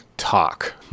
talk